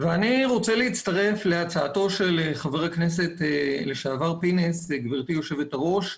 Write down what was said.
אני רוצה להצטרף להצעתו של חבר הכנסת לשעבר פינס ושל גברתי היושבת ראש.